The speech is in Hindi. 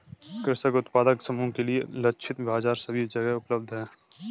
कृषक उत्पादक समूह के लिए लक्षित बाजार सभी जगह उपलब्ध है